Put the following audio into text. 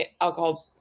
alcohol